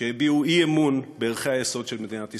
שהביעו אי-אמון בערכי היסוד של מדינת ישראל.